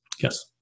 Yes